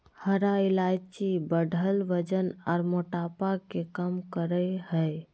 हरा इलायची बढ़ल वजन आर मोटापा के कम करई हई